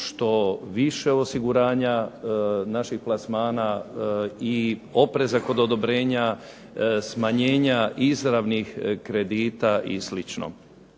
što više osiguranja naših plasmana i opreza kod odobrenja, smanjenja izravnih kredita i